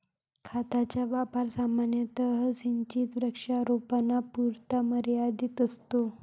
खताचा वापर सामान्यतः सिंचित वृक्षारोपणापुरता मर्यादित असतो